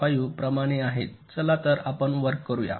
5 प्रमाणे आहेत चला आपण वर्क करूया